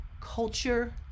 culture